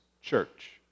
church